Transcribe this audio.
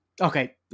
okay